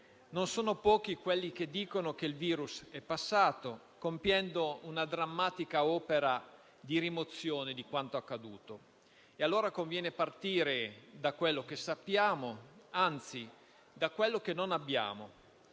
non sono pochi quelli che dicono che il virus è passato, compiendo una drammatica opera di rimozione di quanto accaduto. Allora, conviene partire da quello che sappiamo, anzi, da quello che non abbiamo: